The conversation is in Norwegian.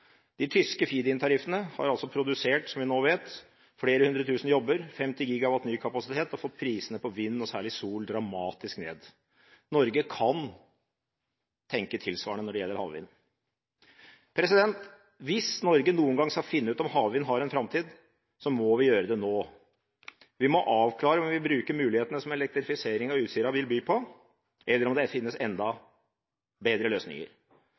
De tyske feed-in-tariffene har altså produsert, som vi nå vet, flere hundre tusen jobber, 50 GW ny kapasitet og fått prisene på vind, og særlig sol, dramatisk ned. Norge kan tenke tilsvarende når det gjelder havvind. Hvis Norge noen gang skal finne ut om havvind har en framtid, må vi gjøre det nå. Vi må avklare om vi vil bruke mulighetene som elektrifisering av Utsira vil by på, eller om det finnes enda bedre løsninger.